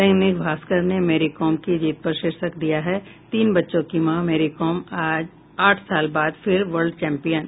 दैनिक भास्कर ने मैरीकॉम की जीत पर शीर्षक दिया है तीन बच्चों की मां मैरीकॉम आठ साल बाद फिर वर्ल्ड चैंपियन